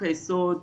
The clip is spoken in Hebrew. היסוד